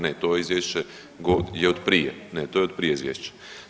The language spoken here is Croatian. Ne, to izvješće je od prije… [[Upadica se iz klupe ne razumije]] ne, to je od prije izvješće.